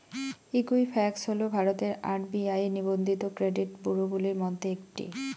Equifax হল ভারতের RBI নিবন্ধিত ক্রেডিট ব্যুরোগুলির মধ্যে একটি